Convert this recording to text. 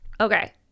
Okay